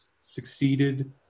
succeeded